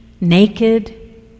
naked